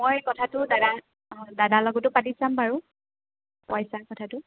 মই কথাটো দাদাক দাদাৰ লগতো পাতি চাম বাৰু পইচাৰ কথাতো